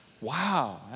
Wow